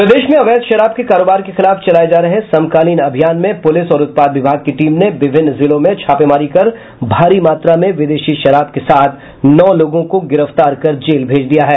प्रदेश में अवैध शराब के कारोबार के खिलाफ चलाए जा रहे समकालीन अभियान में पूलिस और उत्पाद विभाग की टीम ने विभिन्न जिलों में छापेमारी कर भारी मात्रा में विदेशी शराब के साथ नौ लोगों को गिरफ्तार कर जेल भेज दिया है